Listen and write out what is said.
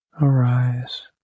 arise